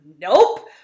nope